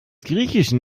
griechischen